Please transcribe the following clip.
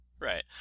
Right